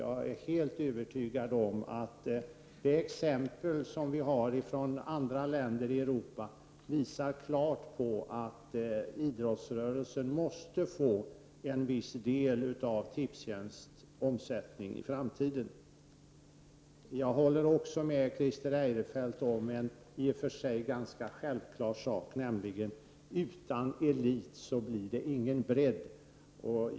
Jag är helt övertygad om att det exempel som vi har från andra länder i Europa visar klart att idrottsrörelsen måste få en viss del av Tipstjänsts omsättning i framtiden. Jag håller också med Christer Eirefelt om en i och för sig ganska självklar sak, nämligen att utan elit blir det ingen bredd.